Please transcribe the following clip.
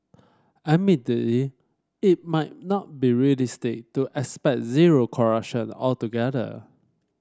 admittedly it might not be realistic to expect zero corruption altogether